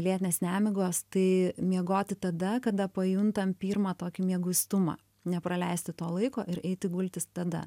lėtinės nemigos tai miegoti tada kada pajuntam pirmą tokį mieguistumą nepraleisti to laiko ir eiti gultis tada